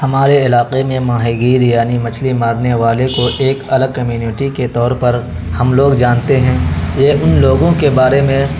ہمارے علاقے میں ماہی گیر یعنی مچھلی مارنے والے کو ایک الگ کمیونٹی کے طور پر ہم لوگ جانتے ہیں یہ ان لوگوں کے بارے میں